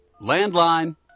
Landline